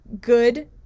good